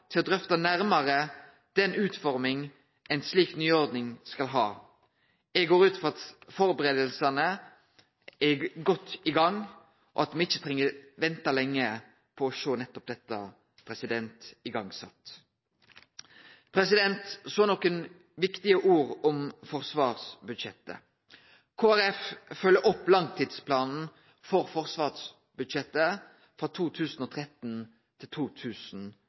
til å drøfte nærare den utforminga ei slik nyordning skal ha. Eg går ut frå at førebuingane er godt i gang, og at me ikkje treng å vente lenge på å sjå at dette er sett i gang. Så nokre viktige ord om forsvarsbudsjettet. Kristeleg Folkeparti følgjer opp langstidsplanen for